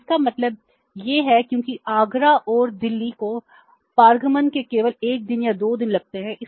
तो इसका मतलब यह है क्योंकि आगरा और दिल्ली को पारगमन में केवल एक दिन या 2 दिन लगते हैं